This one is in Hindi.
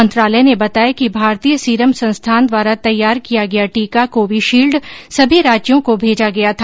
मंत्रालय ने बताया कि भारतीय सीरम संस्थान द्वारा तैयार किया गया टीका कोविशील्ड सभी राज्यों को भेजा गया था